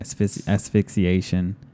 asphyxiation